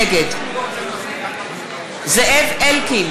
נגד זאב אלקין,